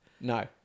No